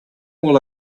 will